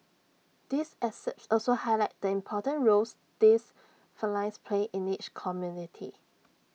these excerpts also highlight the important roles these felines play in each community